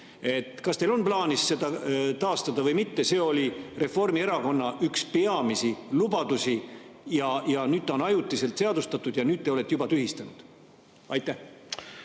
Kas teil on plaanis seda taastada või mitte? See oli Reformierakonna üks peamisi lubadusi. See on ajutiselt seadustatud ja nüüd te olete selle juba tühistanud. Aitäh!